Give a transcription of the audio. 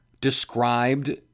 described